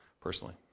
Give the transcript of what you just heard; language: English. personally